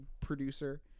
producer